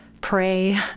pray